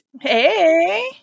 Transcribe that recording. Hey